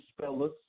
fellas